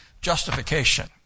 justification